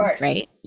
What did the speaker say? right